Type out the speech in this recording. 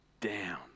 down